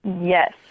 Yes